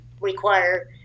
require